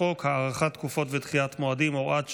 חוק הארכת תקופות ודחיית מועדים (הוראת שעה,